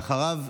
אחריו,